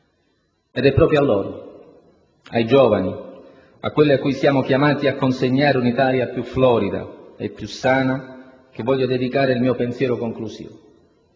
È proprio a loro, ai giovani, a quelli cui siamo chiamati a consegnare un'Italia più florida e più sana che voglio dedicare il mio pensiero conclusivo.